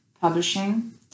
publishing